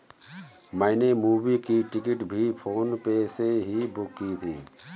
मैंने मूवी की टिकट भी फोन पे से ही बुक की थी